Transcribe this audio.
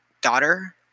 daughter